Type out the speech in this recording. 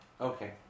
okay